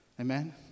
Amen